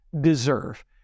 deserve